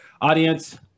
audience